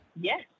Yes